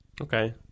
Okay